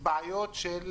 בעיות של